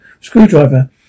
screwdriver